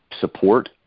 support